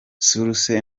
source